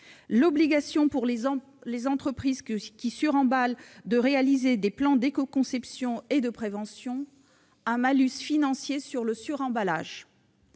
l'obligation pour les entreprises qui suremballent de réaliser des plans d'éco-conception et de prévention, et l'instauration d'un malus financier sur le suremballage.